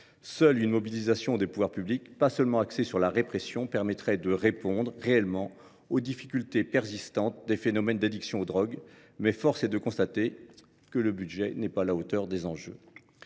Seule une mobilisation des pouvoirs publics, moins axée sur la répression, permettrait de répondre réellement aux difficultés persistantes posées par les phénomènes d’addiction aux drogues, mais force est de constater que le budget n’est pas à la hauteur des enjeux.